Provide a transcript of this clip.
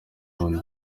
n’undi